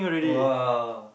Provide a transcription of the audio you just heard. !wah!